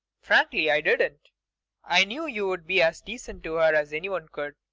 frankly, i didn't. i knew you'd be as decent to her as anyone could.